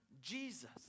Jesus